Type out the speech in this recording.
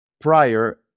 prior